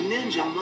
Ninja